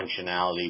functionality